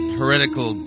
heretical